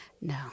No